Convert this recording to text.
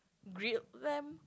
grilled lamb